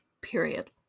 Period